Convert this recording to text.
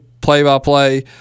play-by-play